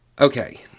Okay